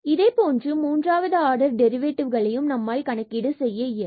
இதேபோன்று மூன்றாவது order derivative களையும் நம்மால் கணக்கீடு செய்ய இயலும்